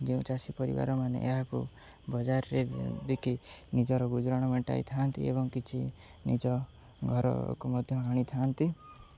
ଯେଉଁ ଚାଷୀ ପରିବାରମାନେ ଏହାକୁ ବଜାରରେ ବିକି ନିଜର ଗୁଜୁରାଣ ମେଣ୍ଟାଇଥାନ୍ତି ଏବଂ କିଛି ନିଜ ଘରକୁ ମଧ୍ୟ ଆଣିଥାନ୍ତି